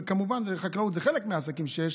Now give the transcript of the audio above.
כמובן זה חלק מהעסקים שיש,